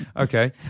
Okay